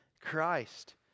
Christ